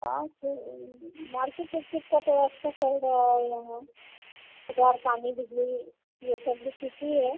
हाँ अच्छे मार्केट ओर्केट का तो अच्छा चल रहा है यहाँ सुधार पानी बिजली यह सब भी ठीकी है